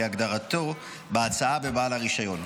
כהגדרתו בהצעה בבעל הרישיון,